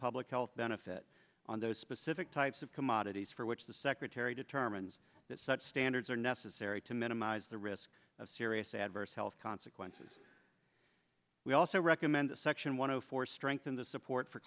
public health benefit on those specific types of commodities for which the secretary determines that such standards are necessary to minimize the risk of serious adverse health consequences we also recommend the section one hundred four strengthen the support for